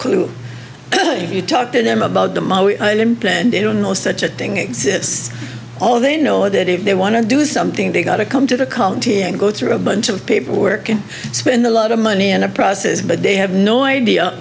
clue you talk to them about the most and they don't know such a thing exists all they know that if they want to do something they've got to come to the county and go through a bunch of paperwork and spend a lot of money and a process but they have noid